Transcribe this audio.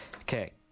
Okay